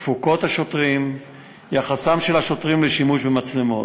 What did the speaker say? תפוקות השוטרים ויחסם של השוטרים לשימוש במצלמות.